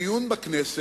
קודם, בדיון בכנסת,